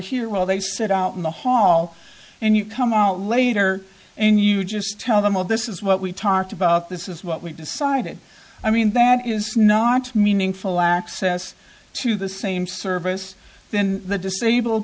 here while they sit out in the hall and you come out later and you just tell them oh this is what we talked about this is what we decided i mean that is not meaningful access to the same service then the disabled